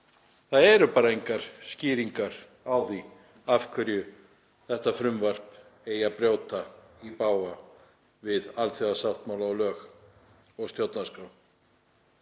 það eru engar skýringar á því að þetta frumvarp eigi að brjóta í bága við alþjóðasáttmála og lög og stjórnarskrá.